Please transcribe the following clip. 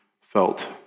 felt